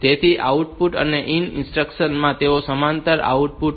તેથી આ આઉટ અને ઈન ઇન્સ્ટ્રક્શન્સ માં તેઓ સમાંતર આઉટપુટ માટે છે